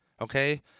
okay